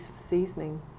seasoning